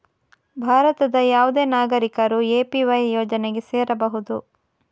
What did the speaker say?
ಭಾರತದ ಯಾವುದೇ ನಾಗರಿಕರು ಎ.ಪಿ.ವೈ ಯೋಜನೆಗೆ ಸೇರಬಹುದು